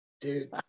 Dude